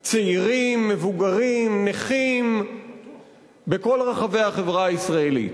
צעירים, מבוגרים, נכים, בכל רחבי החברה הישראלית.